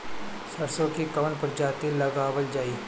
सरसो की कवन प्रजाति लगावल जाई?